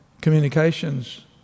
communications